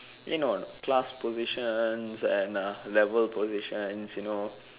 you know or not class positions and level positions you know